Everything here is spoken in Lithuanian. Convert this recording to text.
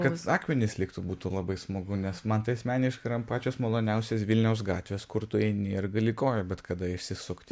kad akmenys liktų būtų labai smagu nes man tai asmeniškai yra pačios maloniausios vilniaus gatvės kur tu eini ir gali koją bet kada išsisukti